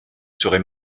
serai